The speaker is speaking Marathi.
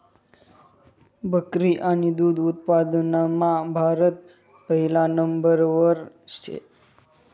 बकरी आणि दुध उत्पादनमा भारत पहिला नंबरवर शे